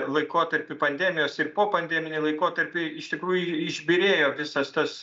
laikotarpį pandemijos ir popandeminį laikotarpį iš tikrųjų išbyrėjo visas tas